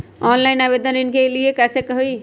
Online आवेदन ऋन के लिए कैसे हुई?